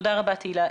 תודה רבה, תהלה.